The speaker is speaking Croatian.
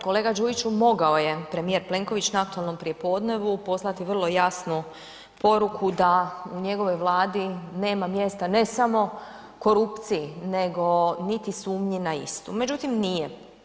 Kolega Đujiću, mogao je premijer Plenković na aktualnom prijepodnevu poslati vrlo jasnu poruku da u njegovoj Vladi nema mjesta ne samo korupciji, nego niti sumnji na istu, međutim nije.